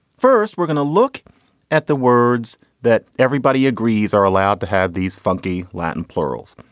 first, we're going to look at the words that everybody agrees are allowed to have these funky latin plurals.